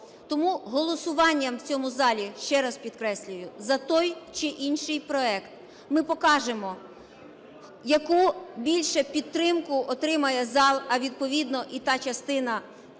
Тому голосуванням в цьому залі, ще раз підкреслюю, за той чи інший проект ми покажемо, яку більше підтримку отримає зал, а відповідно, і та частина